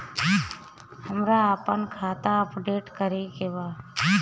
हमरा आपन खाता अपडेट करे के बा